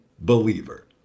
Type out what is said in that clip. Believer